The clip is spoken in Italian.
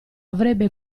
avrebbe